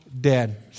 dead